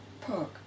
Park